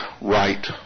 right